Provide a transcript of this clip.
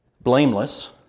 blameless